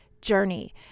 journey